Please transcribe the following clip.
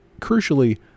crucially